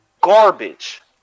garbage